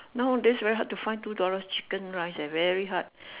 nowadays very hard to find two dollars chicken rice eh very hard